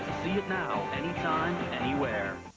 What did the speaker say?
see it now, anytime, anywhere.